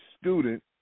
student